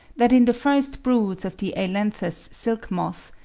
that in the first broods of the ailanthus silk-moth,